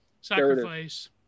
Sacrifice